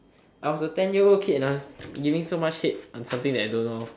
I was a ten year old kid and I was giving so much hate on something that I don't know